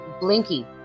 Blinky